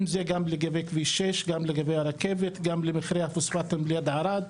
כביש שש, הרכבת, מכרה הפוספטים ליד ערד,